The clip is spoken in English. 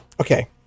okay